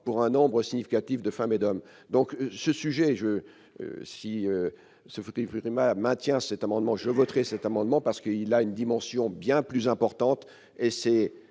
pour un nombre significatif de femmes et d'hommes donc ce sujet je si ce vote ma maintient cet amendement, je voterai cet amendement parce qu'il a une dimension bien plus importante, et c'est